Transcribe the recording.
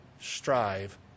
strive